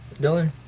dylan